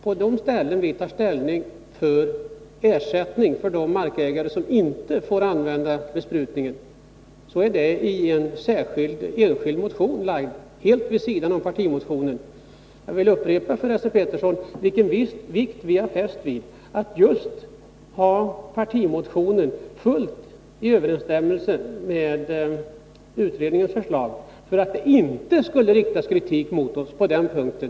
På de ställen där vi mark tar ställning för ersättning till de markägare som inte får använda besprutning sker det i en enskild motion som väckts helt vid sidan av partimotionen. Jag vill upprepa för Esse Petersson vilken vikt vi har fäst vid att ha partimotionen helt i överensstämmelse med utredningens förslag, för att det inte skulle riktas kritik mot oss på den punkten.